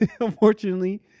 Unfortunately